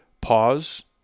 Pause